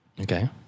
Okay